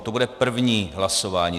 To bude první hlasování.